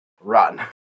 run